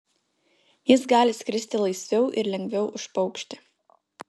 jis gali skristi laisviau ir lengviau už paukštį